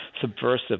subversive